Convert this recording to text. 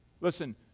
Listen